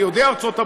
ליהודי ארצות הברית,